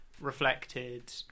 reflected